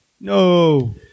No